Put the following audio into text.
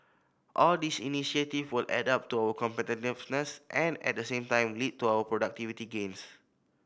all these initiative will add up to our competitiveness and at the same time lead to our productivity gains